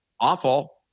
awful